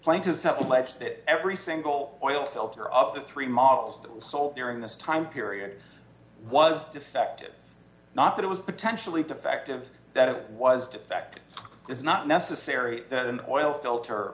that every single oil filter up to three models that was sold during this time period was defective not that it was potentially defective that it was defective it is not necessary that an oil filter